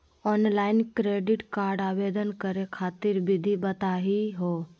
Online credit card आवेदन करे खातिर विधि बताही हो?